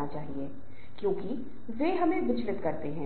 होते हैं क्योंकि यह स्पष्ट है कि समूह और डायनामिक्स कहा जाता है